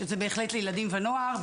שזה בהחלט לילדים ונוער,